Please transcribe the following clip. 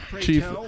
chief